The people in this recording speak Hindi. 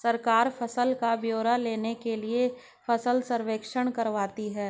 सरकार फसल का ब्यौरा लेने के लिए फसल सर्वेक्षण करवाती है